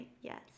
yes